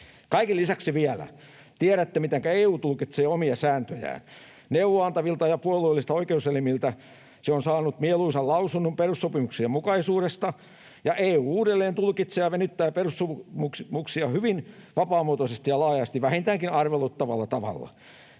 Kaiken lisäksi vielä tiedätte, mitenkä EU tulkitsee omia sääntöjään. Neuvoa-antavilta ja puolueellisilta oikeuselimiltä se on saanut mieluisan lausunnon perussopimuksien mukaisuudesta, ja EU uudelleen tulkitsee ja venyttää perussopimuksia hyvin vapaamuotoisesti ja laajasti, vähintäänkin arveluttavalla tavalla.